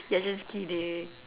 you're just kidding